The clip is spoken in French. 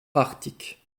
arctique